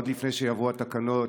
עוד לפני שיבואו התקנות.